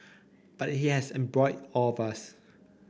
but it has embroiled all of us